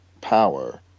power